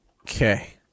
Okay